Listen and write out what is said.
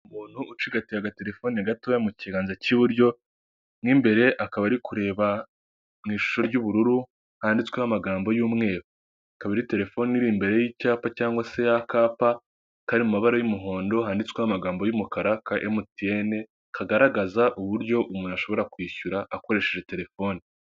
Umuntu ucigatiye aga telefone gatoya mu kiganza cy'iburyo nk'imbere akaba ari kureba mu ishusho ry'ubururu handitsweho amagambo y'umweru, ikaba ari telefone iri imbere y'icyapa cg se ya kapa kari mu mabara y'umuhondo handitsweho amagambo y'umukara ka emutiyene kagaragaza uburyo umuntu ashobora kwishyura akoresheje telefoni.